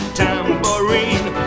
tambourine